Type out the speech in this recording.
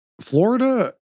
Florida